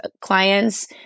clients